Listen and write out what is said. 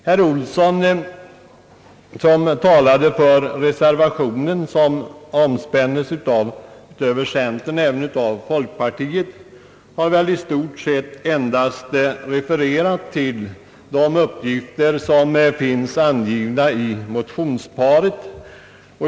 Herr Olsson som talade för reservationen, vilken stöds förutom av centern även av folkpartiet, har väl i stort sett endast refererat till de uppgifter som finns angivna i motionsparet.